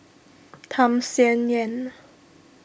Tham Sien Yen